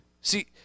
See